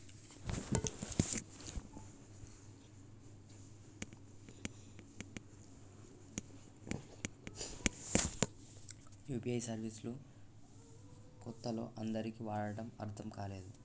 UPI service లు కొత్తలో అందరికీ వాడటం అర్థం కాలేదు